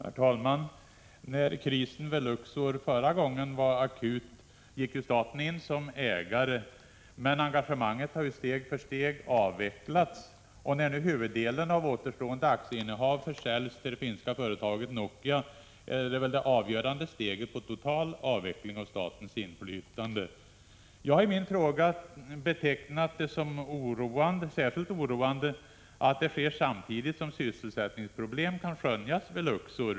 Herr talman! När krisen vid Luxor var akut förra gången gick staten in som ägare, men engagemanget har steg för steg avvecklats. När nu huvuddelen av återstående aktieinnehav försäljs till det finska företaget Nokia är det väl det avgörande steget som tas till en total avveckling av statens inflytande. Jag har i min fråga betecknat det som särskilt oroande att detta sker samtidigt som sysselsättningsproblem kan skönjas vid Luxor.